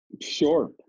sure